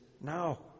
now